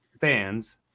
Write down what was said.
fans